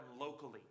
locally